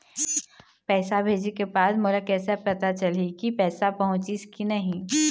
पैसा भेजे के बाद मोला कैसे पता चलही की पैसा पहुंचिस कि नहीं?